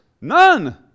None